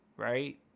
Right